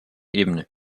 ebene